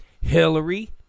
Hillary